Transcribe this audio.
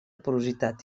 porositat